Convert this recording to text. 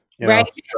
Right